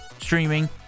streaming